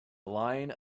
line